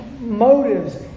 motives